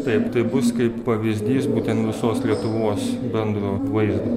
taip tai bus kaip pavyzdys būtent visos lietuvos bendro vaizdo